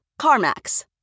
CarMax